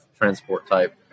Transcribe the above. transport-type